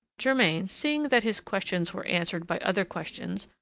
germain, seeing that his questions were answered by other questions,